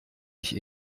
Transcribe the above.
ich